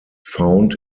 found